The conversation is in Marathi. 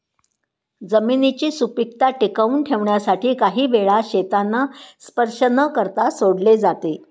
जमिनीची सुपीकता टिकवून ठेवण्यासाठी काही वेळा शेतांना स्पर्श न करता सोडले जाते